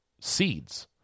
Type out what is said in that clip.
seeds